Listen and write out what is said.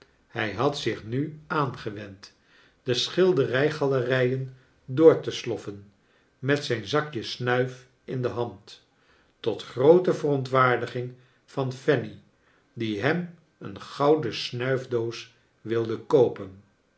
hij had zich nu aangewend de schilderij galerijen door te sloffen met zijn zakje snuif in de hand tot groote verontwaardiging van fanny die hem een gouden snuifdoos wilde koopen